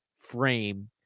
frame